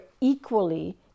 equally